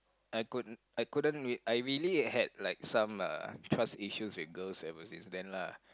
I coul~ I couldn't I really like had some uh trust issues with girls ever since then lah